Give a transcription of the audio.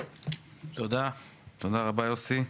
תודה, תודה רבה יוסי.